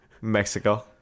Mexico